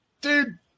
dude